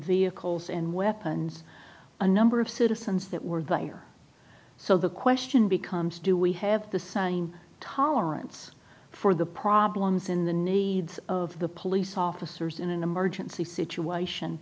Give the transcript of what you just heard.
vehicles and weapons a number of citizens that were there so the question becomes do we have the same tolerance for the problems in the needs of the police officers in an emergency situation